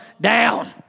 Down